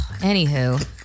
Anywho